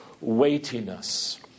weightiness